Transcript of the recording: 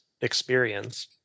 experience